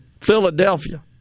Philadelphia